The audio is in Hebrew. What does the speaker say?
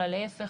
אלא להיפך,